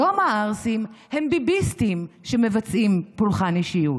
היום הערסים הם ביביסטים שמבצעים פולחן אישיות.